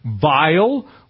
vile